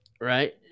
Right